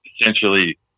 essentially